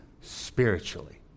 spiritually